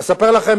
אספר לכם,